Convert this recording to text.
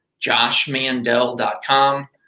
JoshMandel.com